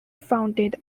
founded